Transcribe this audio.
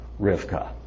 Rivka